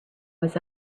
was